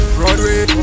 Broadway